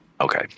Okay